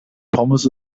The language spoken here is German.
pommes